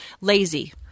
lazy